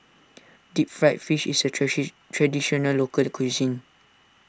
Deep Fried Fish is a Traditional Local Cuisine